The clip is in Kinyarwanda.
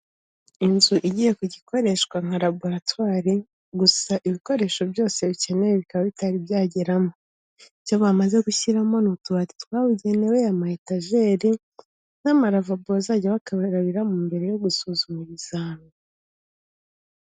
Inzu igiye kujya ikoreshwa nka raboratwari, gusa ibikoresho byose bikenewe bikaba bitari byageramo, icyo bamaze gushyiramo ni utubati twabugenewe, amaetajeri n'amaravabo bazajya bakarabiramo mbere yo gusuzuma ibizami.